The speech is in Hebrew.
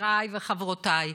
חבריי וחברותיי,